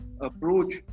approach